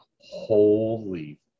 holy